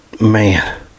man